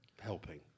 helping